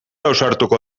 ausartuko